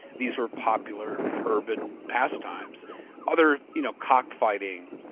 these were popular urban pastimes other, you know cock fighting,